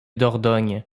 dordogne